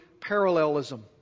parallelism